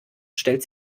stellt